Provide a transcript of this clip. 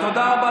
תודה רבה.